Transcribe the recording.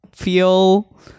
feel